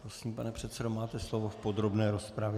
Prosím, pane předsedo, máte slovo v podrobné rozpravě.